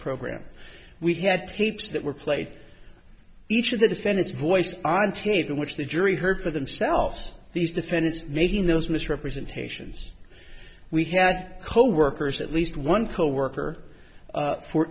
program we had tapes that were played each of the defendants voice on t v which the jury heard for themselves these defendants making those misrepresentations we had coworkers at least one coworker